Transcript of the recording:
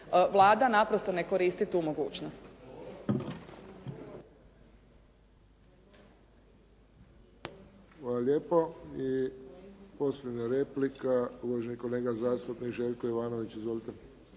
Vlada naprosto ne koristi tu mogućnost.